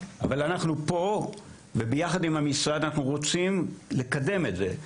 אבל אנחנו פה וביחד עם המשרד אנחנו רוצים לקדם את זה.